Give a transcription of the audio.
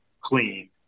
clean